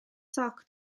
toc